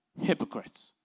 hypocrites